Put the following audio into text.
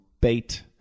bait